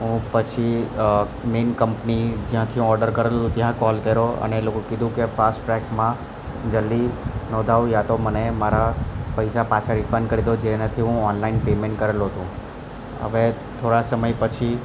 હું પછી main company જ્યાંથી ઓર્ડર કરેલો ત્યાં કોલ કર્યો અને એ લોકોને કીધું કે ફાસ્ટ ટ્રેકમાં જલ્દી નોંધાવો યા તો મને મારા પૈસા પાછા રિફંડ કરી દો જેનાથી હું ઓનલાઇન પેમેન્ટ કરેલું હતું હવે થોડા સમય પછી